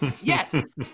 Yes